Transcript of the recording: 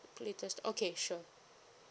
two latest okay sure